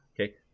Okay